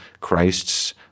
Christ's